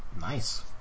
Nice